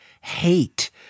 hate